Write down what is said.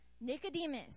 Nicodemus